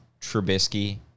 trubisky